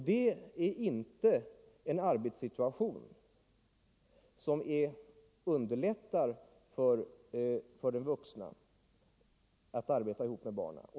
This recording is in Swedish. Det är en arbetssituation som inte underlättar den vuxnes arbete ihop med barnen.